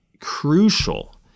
crucial